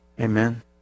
Amen